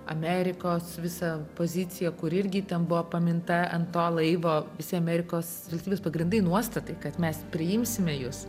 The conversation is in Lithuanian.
amerikos visą poziciją kur irgi ten buvo paminta ant to laivo visi amerikos valstybės pagrindai nuostatai kad mes priimsime jus